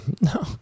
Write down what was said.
No